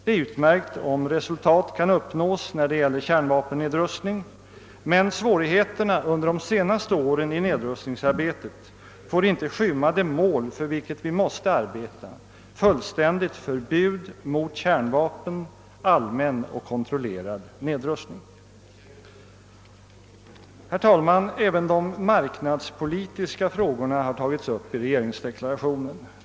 Det är utmärkt om resultat kan uppnås när det gäller kärnvapennedrustning, men svårigheterna i nedrustningsarbetet under de senaste åren får icke skymma det mål för vilket vi måste arbeta: fullständigt förbud mot kärnvapen, allmän och kontrollerad nedrustning. Även de marknadspolitiska frågorra har tagits upp i regeringsdeklarationen.